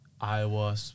iowa